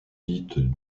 dite